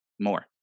more